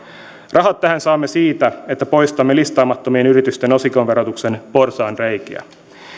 rahat tähän saamme siitä että poistamme listaamattomien yritysten osinkoverotuksen porsaanreikiä me